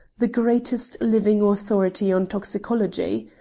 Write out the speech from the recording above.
the greatest living authority on toxicology.